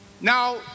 Now